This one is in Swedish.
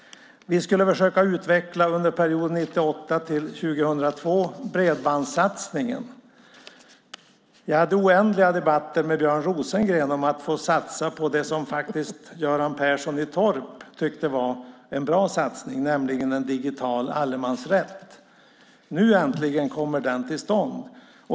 Under perioden 1998-2002 skulle vi försöka utveckla bredbandssatsningen. Jag hade oändliga debatter med Björn Rosengren om att få satsa på det som faktiskt Göran Persson i Torp tyckte var en bra satsning, nämligen en digital allemansrätt. Nu äntligen kommer den till stånd.